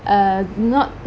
uh not